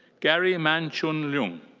gary man-chung leung.